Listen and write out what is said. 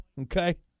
okay